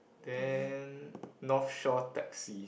then North Shore taxi